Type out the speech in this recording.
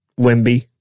Wimby